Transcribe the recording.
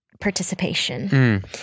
participation